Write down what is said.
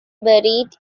buried